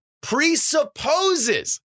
presupposes